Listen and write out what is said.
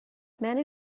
many